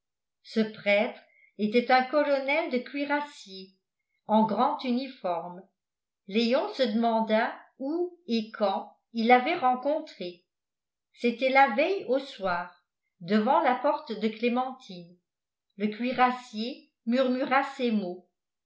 ce prêtre était un colonel de cuirassiers en grand uniforme léon se demanda où et quand il l'avait rencontré c'était la veille au soir devant la porte de clémentine le cuirassier murmura ces mots